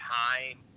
time